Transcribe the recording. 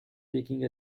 taking